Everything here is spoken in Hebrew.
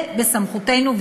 בסמכותנו.